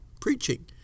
Preaching